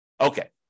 Okay